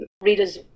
Readers